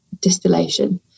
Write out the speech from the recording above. distillation